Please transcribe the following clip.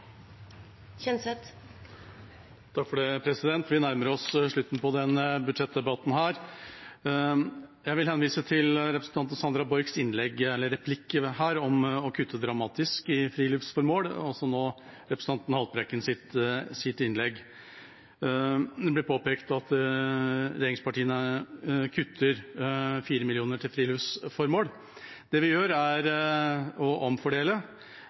Vi nærmer oss slutten på denne budsjettdebatten. Jeg vil henvise til representanten Sandra Borchs replikk om å kutte dramatisk i friluftsformål, og representanten Haltbrekkens innlegg nå. Det ble påpekt at regjeringspartiene kutter 4 mill. kr til friluftsformål. Det vi gjør, er å omfordele.